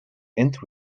into